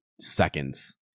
seconds